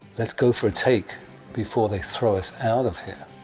let's go for a take before they throw us out of here.